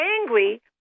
angry